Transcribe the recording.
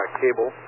cable